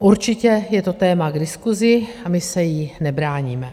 Určitě je to téma k diskusi a my se jí nebráníme.